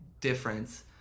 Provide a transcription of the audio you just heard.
difference